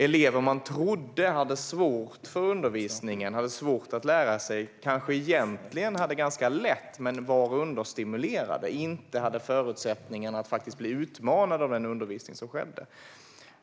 Elever som man trodde hade svårt med undervisningen och hade svårt att lära sig kanske egentligen hade ganska lätt för sig men var understimulerade och hade inte förutsättningarna att faktiskt bli utmanade av den undervisning som skedde.